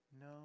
No